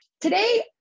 today